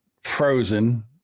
frozen